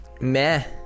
meh